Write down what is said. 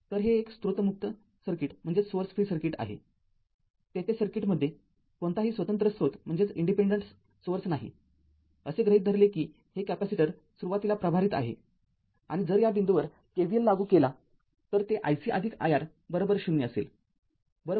तर हे एक स्त्रोत मुक्त सर्किट आहे तेथे सर्किटमध्ये कोणताही स्वतंत्र स्त्रोत नाहीअसे गृहीत धरले की हे कॅपेसिटर सुरुवातीला प्रभारित आहे आणि जर या बिंदूवर KVL लागू केला तर ते iC iR ० असेलबरोबर